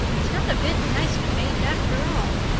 it's not a bit nice to faint, after all.